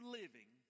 living